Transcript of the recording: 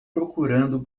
procurando